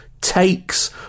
takes